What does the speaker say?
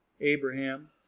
Abraham